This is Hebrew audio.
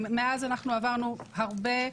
מאז אנחנו עברנו הרבה,